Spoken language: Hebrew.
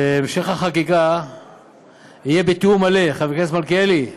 המשך החקיקה יהיה בתיאום מלא, חבר הכנסת מלכיאלי,